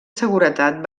seguretat